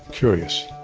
curious.